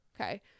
okay